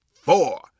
four